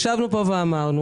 ישבנו פה ואמרנו: